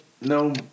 no